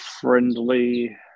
friendly